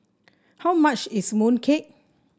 how much is mooncake